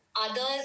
Others